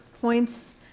points